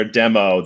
demo